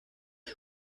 one